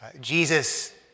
Jesus